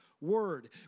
word